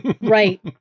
Right